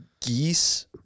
Geese